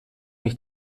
mich